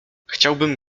chciałbym